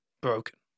broken